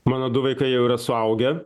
mano du vaikai jau yra suaugę